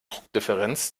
druckdifferenz